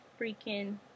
freaking